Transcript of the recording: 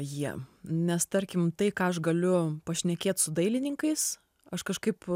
jie nes tarkim tai ką aš galiu pašnekėt su dailininkais aš kažkaip